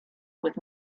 with